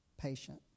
patient